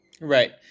Right